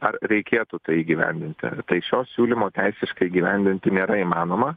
ar reikėtų tai įgyvendinti tai šio siūlymo teisiškai įgyvendinti nėra įmanoma